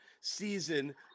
season